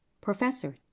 Professor